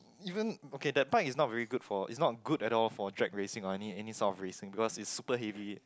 even okay that part is not very good for it's not good at all for drag racing or any any sort of racing because it's super heavy